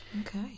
Okay